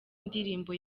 ndirimbo